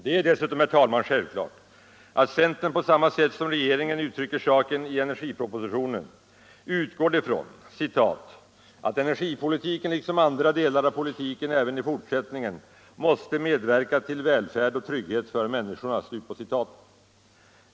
Det är dessutom självklart, herr talman, att centern, på samma sätt som regeringen uttrycker saken i energipropositionen, utgår ifrån ”att energipolitiken liksom andra delar av politiken även i fortsättningen måste medverka till välfärd och trygghet för människorna”.